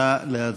נא להצביע.